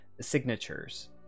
signatures